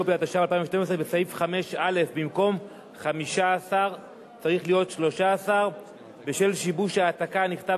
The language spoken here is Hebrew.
בסעיף 5(א): במקום 15 צריך להיות 13. בשל שיבוש העתקה נכתב